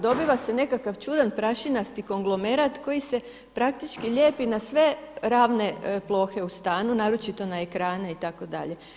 Dobiva se nekakav čudan prašinasti konglomerat koji se praktički lijepi na sve ravne plohe u stanu naročito na ekrane itd.